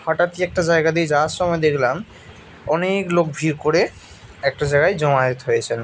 হঠাৎই একটা জায়গা দিয়ে যাওয়ার সময় দেখলাম অনেক লোক ভিড় করে একটা জাগায় জমায়েত হয়েছেন